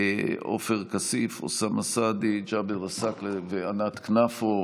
עופר כסיף, אוסאמה סעדי, ג'אבר עסאקלה וענת כנפו.